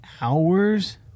hours